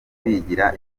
bigira